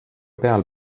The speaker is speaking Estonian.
peal